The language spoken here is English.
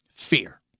Fear